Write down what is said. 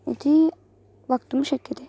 इति वक्तुं शक्यते